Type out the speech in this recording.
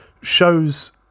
shows